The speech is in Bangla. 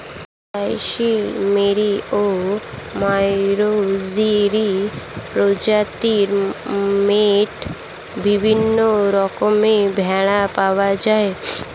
জয়সলমেরি ও মাড়োয়ারি প্রজাতির মত বিভিন্ন রকমের ভেড়া পাওয়া যায়